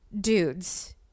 dudes